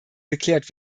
geklärt